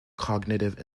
cognitive